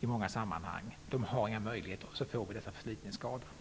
i många sammanhang tvingats in i dessa jobb. De har inte haft några andra möjligheter, och så har de fått dessa förslitningsskador. Fru talman!